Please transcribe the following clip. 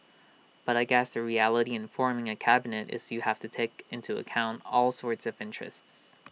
but I guess the reality in forming A cabinet is you have to take into account all sorts of interests